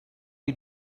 you